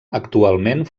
actualment